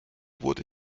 wurde